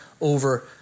over